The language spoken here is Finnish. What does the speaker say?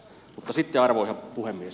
mutta sitten arvoisa puhemies